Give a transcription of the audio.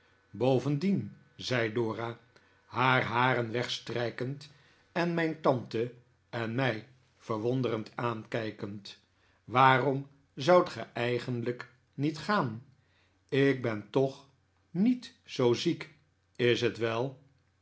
bovendien zei dora haar haren wegstrijkend en mijn tante en mij verwonderd aankijkend waarom zoudt ge eigenlijk niet gaan ik ben toch niet zoo ziek is t wel